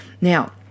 Now